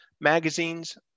magazines